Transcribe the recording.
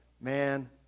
Man